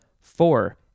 Four